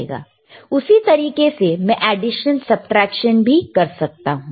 उसी तरीके से मैं एडिशन सबट्रैक्शन भी कर सकती हूं